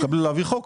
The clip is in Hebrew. להעביר חוק.